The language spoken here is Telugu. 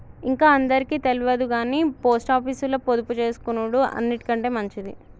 ఇంక అందరికి తెల్వదుగని పోస్టాపీసుల పొదుపుజేసుకునుడు అన్నిటికంటె మంచిది